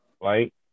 Flight